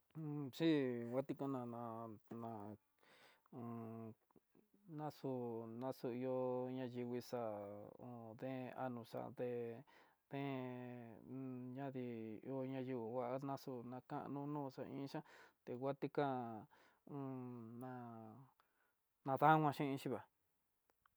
Un si nguate kanana na am naxo naxo ihó, ña yivii xa'á deen, ano xa dé ne un ñadii ihó uñanu ha naxú, nakano no xa iin xhian, tenguati kan ná'a na dama xhinxi va'á.